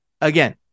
Again